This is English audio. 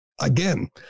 again